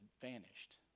vanished